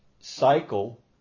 Cycle